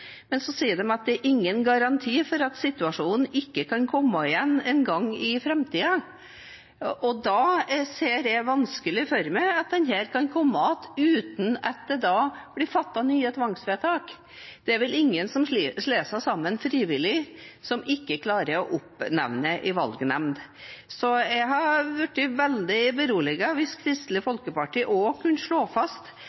Men så sier de at det er ingen garanti for at situasjonen ikke kan komme igjen en gang i framtiden, og jeg ser vanskelig for meg at den kan komme igjen uten at det da blir fattet nye tvangsvedtak. Det er vel ingen som slår seg sammen frivillig, som ikke klarer å oppnevne en valgnemnd. Så jeg hadde blitt veldig beroliget hvis Kristelig